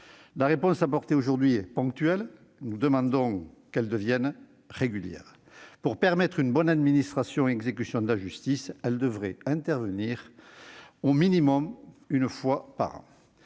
La réponse apportée aujourd'hui est ponctuelle ; nous demandons qu'elle devienne régulière. Pour permettre une bonne administration et une bonne exécution de la justice, elle devrait intervenir au moins une fois par an.